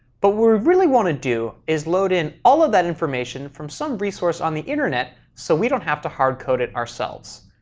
but we really want to do is load in all of that information from some resource on the internet so we don't have to hardcode it ourselves.